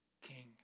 king